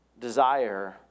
desire